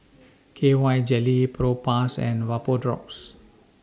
K Y Jelly Propass and Vapodrops